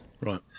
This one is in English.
Right